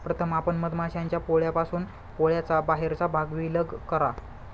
प्रथम आपण मधमाश्यांच्या पोळ्यापासून पोळ्याचा बाहेरचा भाग विलग करा